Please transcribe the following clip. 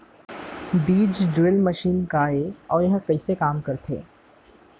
बीज drill machine का हे अऊ एहा कइसे काम करथे?